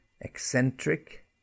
eccentric